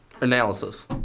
Analysis